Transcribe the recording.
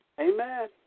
Amen